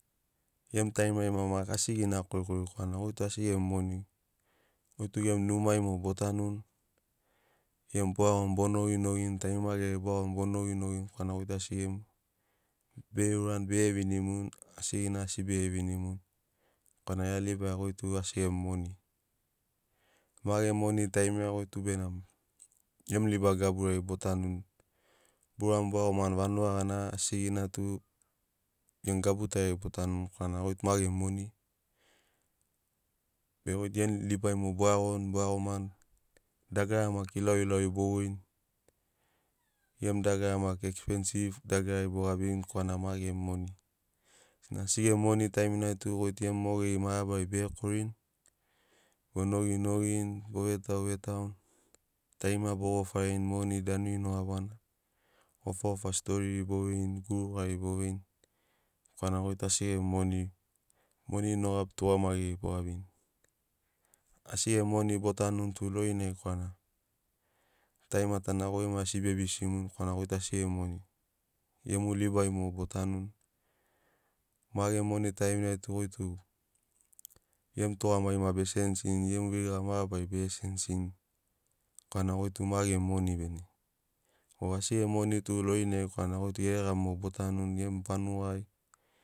Gemu tarima rima maki asigina korikori korana goi tu asi gemu moni goi tug emu numai mogo bo tanuni gemu bo iagoni bo nogi nogini tarima geri ai bo iagoni bo nogi nogini korana goi tu asi gemu. Bege urani bege vinimuni asigina asi bege vinimuni korana gia tu libari goi tu asi gemu moni ma gemu moni taimiri ai goi tu benamo gemu liba gaburi ai bo tanuni bo urani bo iagomani vanuga gana asigina tu gemu gabu tari ai bo tanuni korana goi tu ma gemu moni. Be goi tug emu libai mogo bo iagoni bo iagomani dagara maki ilauilauri bo voirini gemu dagara maki expensiv dagarari bo gabini korana ma gemu moni sena asi gemu moni taimiri ai tu goi tu mogeri mabarari bege korini bo nogi nogini bo vetau vetauni tarima bo gofarini moni danuri no gabi gana gofa gofa storiri bo veini gurugari bo veini korana goi tu asi gemu moni. Moni nogabi tugamagiri boveini asi gemu moni bo tanuni tu lorinai korana tarimatana goi gemu ai asi be bisini korana goi tu asi gemu moni gemu libai mogo bo tanuni ma gemu moni taiminai tu gemu tugamagi maki bege sensini veiga mabarari maki bege sensini korana goi tu ma gemu moni bene o asi gemu moni tu lorinai korana goi tu geregamu mogo bo tanuni gemu vanugai